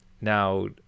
Now